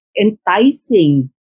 enticing